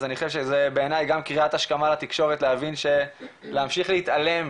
אז אני חושב שזה בעיני גם קריאת השכמה לתקשורת להבין שלהמשיך להתעלם